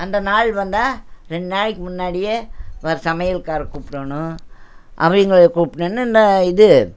அந்த நாள் வந்தால் ரெண்டு நாளைக்கு முன்னாடியே வர் சமையல்காரர கூப்பிடணும் அவங்கள கூப்பிடணும் இன்னும் இது